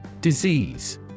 Disease